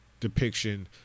depiction